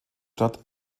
stadt